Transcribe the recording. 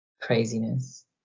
craziness